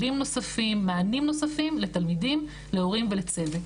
כלים נוספים ומענים נוספים לתלמידים להורים ולצוות.